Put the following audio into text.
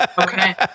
Okay